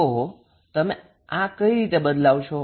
તો તમે આ કઈ રીતે બદલશો